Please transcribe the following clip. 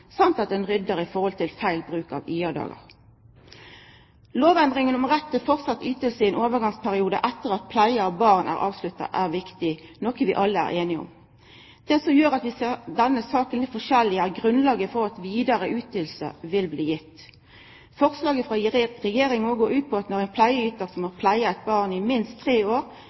at ein ryddar opp i forhold til feil bruk av IA-dagar. Lovendringa om rett til yting i ein overgangsperiode etter at pleie av barn er avslutta, er viktig og noko vi alle er einige om. Det som gjer at vi ser denne saka litt forskjellig, er grunnlaget for at vidare ytingar vil bli gitt. Forslaget frå Regjeringa går ut på at når ein pleieytar har pleia eit barn i minst tre år,